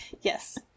Yes